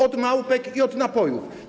Od małpek i od napojów.